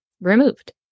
removed